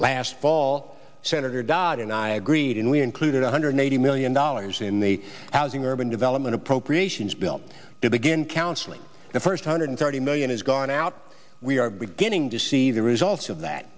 last fall senator dodd and i agreed and we included one hundred eighty million dollars in the housing urban development appropriations bill to begin counseling the first hundred thirty million has gone out we are beginning to see the results of that